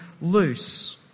loose